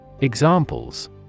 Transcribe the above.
Examples